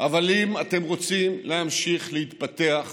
אבל אם אתם רוצים להמשיך להתפתח,